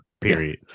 period